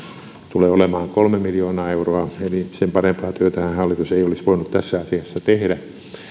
tulee olemaan kolme miljoonaa euroa eli sen parempaa työtähän hallitus ei olisi voinut tässä asiassa tehdä